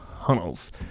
tunnels